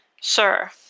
sure